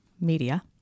media